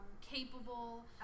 capable